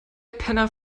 penner